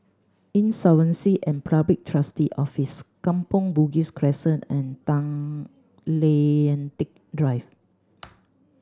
Insolvency and Public Trustee's Office Kampong Bugis Crescent and Tay Lian Teck Drive